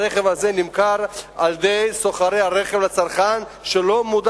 אך הרכב הזה נמכר על-ידי סוחרי הרכב לצרכן שלא מודע